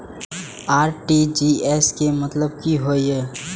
RTGS के मतलब की होय ये?